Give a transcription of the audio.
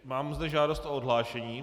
Mám zde žádost o odhlášení.